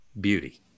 beauty